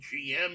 GM